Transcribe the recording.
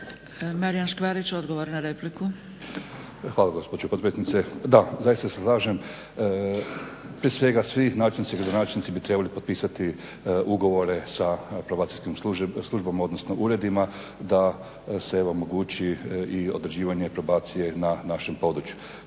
**Škvarić, Marijan (HNS)** Hvala gospođo potpredsjednice. Da, zaista se slažem, prije svega svi načelnici, gradonačelnici bi trebali potpisati ugovore sa probacijskom službom, odnosno uredima da se evo omogući i određivanje probacije na našem području.